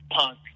punk